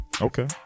Okay